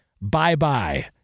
Bye-bye